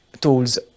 tools